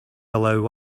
allow